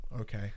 Okay